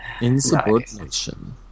Insubordination